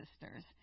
sisters